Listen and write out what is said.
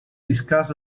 discuss